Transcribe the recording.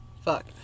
Fuck